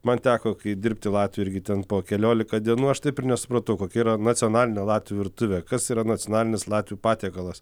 man teko dirbti latvijoj irgi ten po keliolika dienų aš taip ir nesupratau kokia yra nacionalinio latvių virtuvė kas yra nacionalinis latvių patiekalas